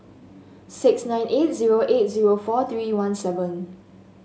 six nine eight zero eight zero four three one seven